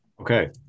Okay